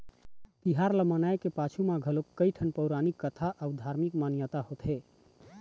तिहार ल मनाए के पाछू म घलोक कइठन पउरानिक कथा अउ धारमिक मान्यता होथे